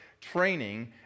training